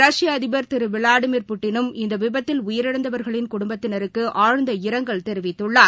ரஷ்ய அதிபர் திரு விளாடிமிர் புட்டினும் இந்த விபத்தில் உயிரிழந்தவர்களின் குடும்பத்தினருக்கு ஆற்ற்த இரங்கல் தெரிவித்துள்ளார்